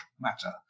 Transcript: matter